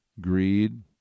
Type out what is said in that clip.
greed